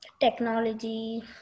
technology